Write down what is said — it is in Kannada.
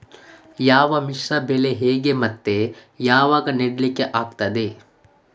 ಯಾವ ಮಿಶ್ರ ಬೆಳೆ ಹೇಗೆ ಮತ್ತೆ ಯಾವಾಗ ನೆಡ್ಲಿಕ್ಕೆ ಆಗ್ತದೆ?